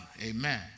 Amen